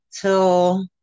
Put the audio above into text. till